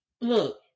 Look